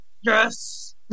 yes